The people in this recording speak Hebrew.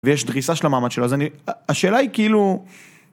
‫ויש דחיסה של המעמד שלו, ‫אז השאלה היא כאילו...